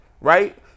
right